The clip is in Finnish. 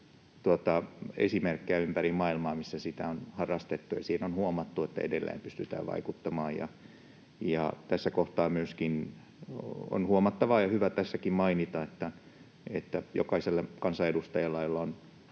esimerkkejä ympäri maailmaa, missä sitä on harrastettu. Siinä on huomattu, että edelleen pystytään vaikuttamaan. Tässä kohtaa on myöskin huomattava ja hyvä mainita, että jokainen kansanedustaja, jolla on